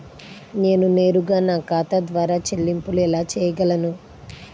నేను నేరుగా నా ఖాతా ద్వారా చెల్లింపులు ఎలా చేయగలను?